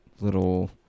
little